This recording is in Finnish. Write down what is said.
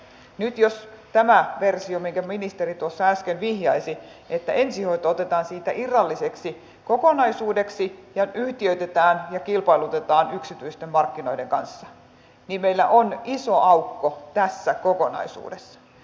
nyt jos on tämä versio minkä ministeri tuossa äsken vihjasi että ensihoito otetaan siitä irralliseksi kokonaisuudeksi ja yhtiöitetään ja kilpailutetaan yksityisten markkinoiden kanssa niin meillä on iso aukko tässä kokonaisuudessa